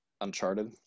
Uncharted